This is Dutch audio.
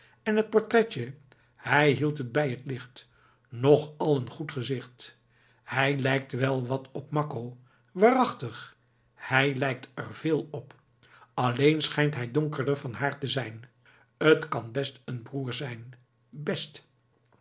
en het portretje hij hield het bij t licht nogal een goed gezicht hij lijkt wel wat op makko waarachtig hij lijkt er veel op alleen schijnt hij donkerder van haar te zijn t kan best een broer zijn best